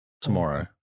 tomorrow